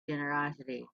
generosity